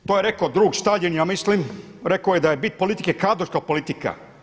To je rekao drug Staljin ja mislim, rekao je da je bit politike kadrovska politika.